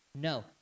No